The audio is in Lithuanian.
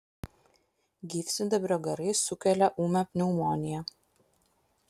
gyvsidabrio garai sukelia ūmią pneumoniją